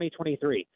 2023